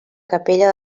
capella